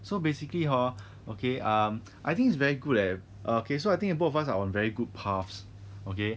so basically hor okay um I think it's very good leh okay so I think the both of us are on very good paths okay